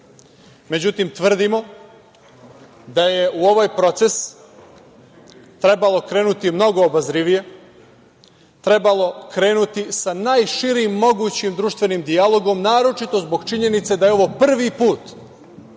Međutim, tvrdimo da je u ovaj proces trebalo krenuti mnogo obazrivije, trebalo krenuti sa najširim mogućim društvenim dijalogom, naročito zbog činjenice da je ovo prvi put